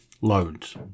loads